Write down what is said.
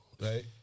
right